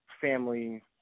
family